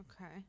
okay